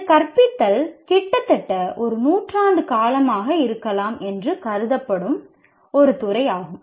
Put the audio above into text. இந்த கற்பித்தல் கிட்டத்தட்ட ஒரு நூற்றாண்டு காலமாக இருக்கலாம் என்று கருதப்படும் ஒரு துறையாகும்